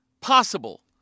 possible